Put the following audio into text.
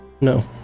No